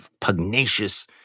pugnacious